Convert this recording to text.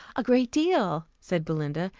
a great deal, said belinda,